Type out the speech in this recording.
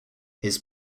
his